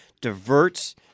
diverts